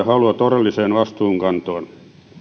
halua todelliseen vastuunkantoon